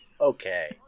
Okay